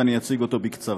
ואני אציג אותו בקצרה.